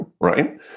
right